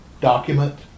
document